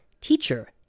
Teacher